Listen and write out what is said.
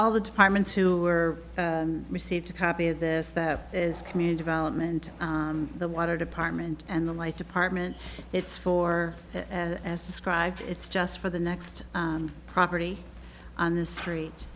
all the departments who were received a copy of this that is community development the water department and the like department it's for as described it's just for the next property on the street